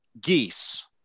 geese